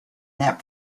that